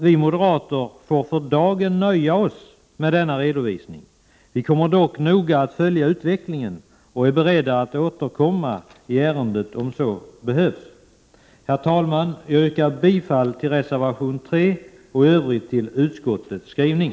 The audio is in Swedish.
Vi moderater får för dagen nöja oss med denna redovisning. Vi kommer dock att följa utvecklingen noga, och vi är beredda att återkomma i ärendet om så behövs. Herr talman! Jag yrkar bifall till reservation 3 och i övrigt till utskottets skrivning.